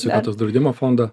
sveikatos draudimo fondą